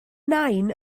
nain